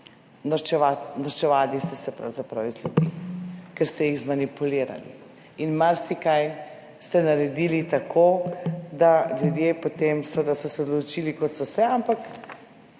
norčevali ste se pravzaprav iz ljudi, ker ste jih zmanipulirali in marsikaj ste naredili tako, da ljudje potem seveda so se odločili kot so se, ampak,